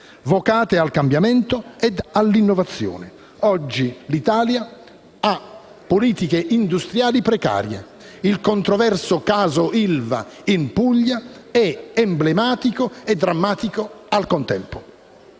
vocate al cambiamento e all'innovazione. Oggi l'Italia ha politiche industriali precarie: il controverso caso ILVA in Puglia è emblematico e drammatico al contempo.